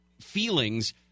feelings